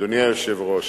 אדוני היושב-ראש,